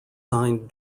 signed